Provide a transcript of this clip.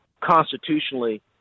constitutionally